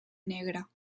negra